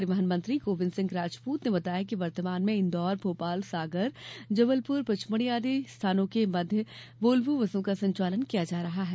परिवहन मंत्री गोविंद सिंह राजपूत ने बताया कि वर्तमान में इंदौर भोपाल सागर जबलपुर पचमढ़ी आदि स्थानों के मध्य वाल्वो बसों का संचालन किया जा रहा है